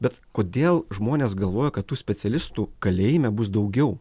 bet kodėl žmonės galvoja kad tų specialistų kalėjime bus daugiau